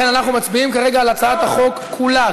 ולכן אנחנו מצביעים על הצעת החוק כולה,